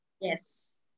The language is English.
Yes